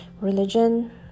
religion